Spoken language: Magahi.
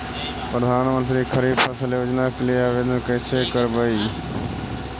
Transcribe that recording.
प्रधानमंत्री खारिफ फ़सल योजना के लिए आवेदन कैसे करबइ?